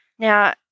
Now